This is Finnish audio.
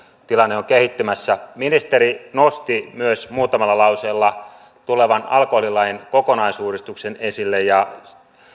tilanne on kehittymässä ministeri nosti myös muutamalla lauseella tulevan alkoholilain kokonaisuudistuksen esille ja